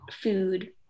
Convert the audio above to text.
food